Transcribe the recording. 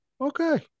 Okay